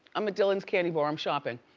i'm at dylan's candy bar. i'm shopping.